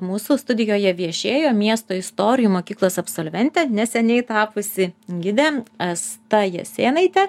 mūsų studijoje viešėjo miesto istorijų mokyklos absolventė neseniai tapusi gide asta jasėnaitė